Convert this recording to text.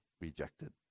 rejected